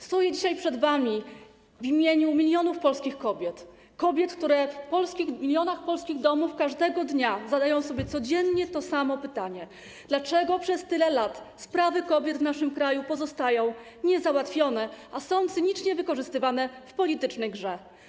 Stoję dzisiaj przed wami w imieniu milionów polskich kobiet, kobiet, które w milionach polskich domów każdego dnia zadają sobie codziennie to samo pytanie: Dlaczego przez tyle lat sprawy kobiet w naszym kraju pozostają niezałatwione, a są cynicznie wykorzystywane w politycznej grze?